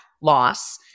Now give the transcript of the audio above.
loss